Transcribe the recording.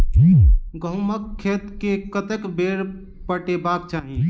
गहुंमक खेत केँ कतेक बेर पटेबाक चाहि?